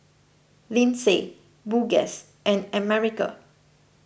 Lindsay Burgess and America